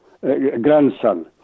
grandson